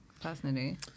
personally